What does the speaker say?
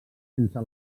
sense